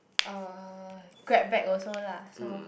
uh Grab back also lah so